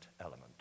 element